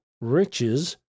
riches